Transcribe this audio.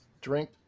drink